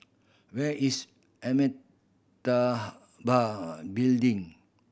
where is Amitabha Building